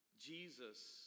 Jesus